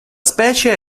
specie